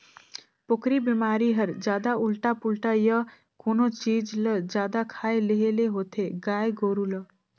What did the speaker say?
पोकरी बेमारी हर जादा उल्टा पुल्टा य कोनो चीज ल जादा खाए लेहे ले होथे गाय गोरु ल